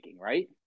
right